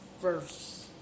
first